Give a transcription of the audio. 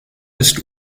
ist